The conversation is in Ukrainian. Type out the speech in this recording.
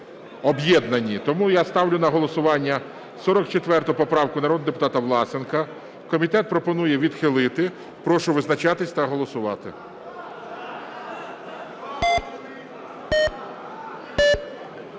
Тому я ставлю на голосування 44 поправку народного депутата Власенка. Комітет пропонує відхилити. Прошу визначатись та голосувати.